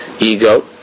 ego